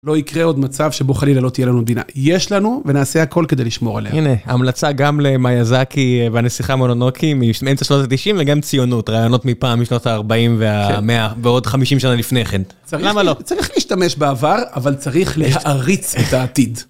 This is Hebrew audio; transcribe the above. לא יקרה עוד מצב שבו חלילה לא תהיה לנו מדינה, יש לנו ונעשה הכל כדי לשמור עליה. הנה, המלצה גם למאייזקי והנסיכה מולונוקי, שניהם מאמצע שנות ה90 וגם ציונות, רעיונות מפעם, משנות ה-40 והמאה ועוד 50 שנה לפני כן. למה לא? צריך להשתמש בעבר, אבל צריך להעריץ את העתיד.